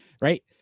Right